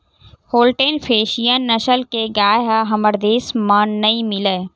Holstein Friesian नसल के गाय ह हमर देस म नइ मिलय